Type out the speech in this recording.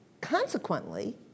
Consequently